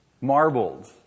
marbled